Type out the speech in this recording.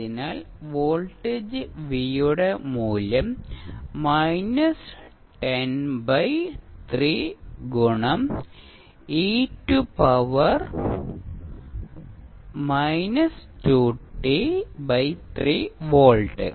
അതിനാൽ voltage V യുടെ മൂല്യം മൈനസ് 10 ബൈ 3 ഗുണം e to power minus 2t 3 volt